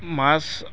মাছ